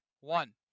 One